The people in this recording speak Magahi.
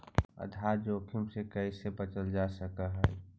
आधार जोखिम से कइसे बचल जा सकऽ हइ?